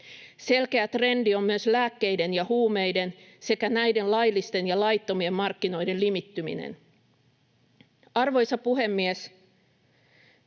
Selkeä trendi on myös lääkkeiden ja huumeiden sekä näiden laillisten ja laittomien markkinoiden limittyminen. Arvoisa puhemies!